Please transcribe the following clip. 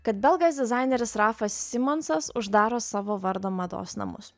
kad belgas dizaineris rafas simonsas uždaro savo vardo mados namus